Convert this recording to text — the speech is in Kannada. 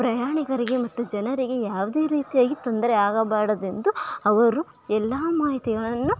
ಪ್ರಯಾಣಿಕರಿಗೆ ಮತ್ತು ಜನರಿಗೆ ಯಾವುದೇ ರೀತಿಯಾಗಿ ತೊಂದರೆ ಆಗಬಾರದೆಂದು ಅವರು ಎಲ್ಲ ಮಾಹಿತಿಗಳನ್ನು